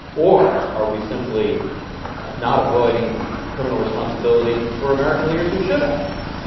or are we simply not avoiding criminal responsibility for american leaders who should have it?